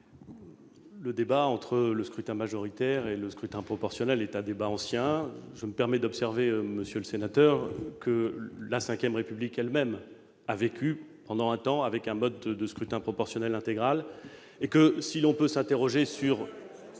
Le débat entre le scrutin majoritaire et le scrutin proportionnel est ancien. Je me permets de vous faire observer, monsieur le sénateur, que la V République elle-même a vécu pendant un temps avec un scrutin proportionnel intégral.. Merci Mitterrand ! Si l'on peut s'interroger sur